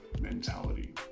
mentality